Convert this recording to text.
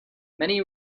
many